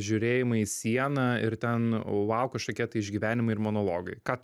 žiūrėjimai į sieną ir ten vau kažkokie tai išgyvenimai ir monologai ką